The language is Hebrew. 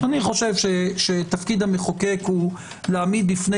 אני חושב שתפקיד המחוקק הוא להעמיד בפני